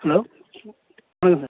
hello வணக்கம் sir